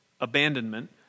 abandonment